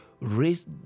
raise